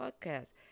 podcast